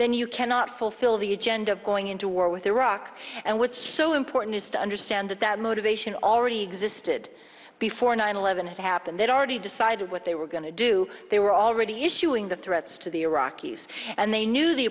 then you cannot fulfill the agenda of going into war with iraq and what's so important is to understand that that motivation already existed before nine eleven it happened that already decided what they were going to do they were already issuing the threats to the iraqis and they knew the